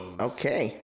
Okay